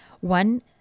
One